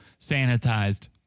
sanitized